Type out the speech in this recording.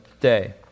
day